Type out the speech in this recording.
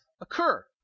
occur